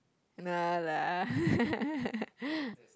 no lah